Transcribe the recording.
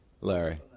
Larry